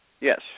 Yes